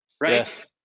right